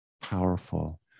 powerful